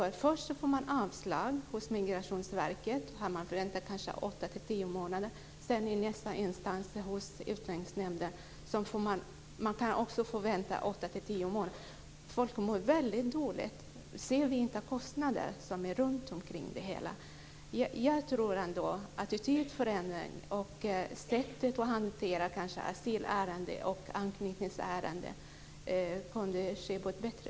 Först får man avslag hos Migrationsverket efter 8-10 månaders väntan. Sedan kan man också få vänta i 8 Folk mår väldigt dåligt. Kostnaderna runtomkring det hela är stora. Jag tror ändå på en attitydförändring och på att sättet att hantera asylärenden och anknytningsärenden kunde vara bättre.